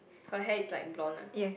her hair is like blonde ah